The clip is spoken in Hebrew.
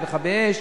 את מכבי האש,